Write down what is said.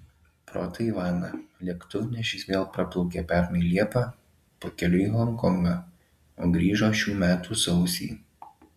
pro taivaną lėktuvnešis vėl praplaukė pernai liepą pakeliui į honkongą o grįžo šių metų sausį